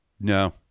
No